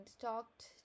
talked